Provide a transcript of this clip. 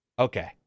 Okay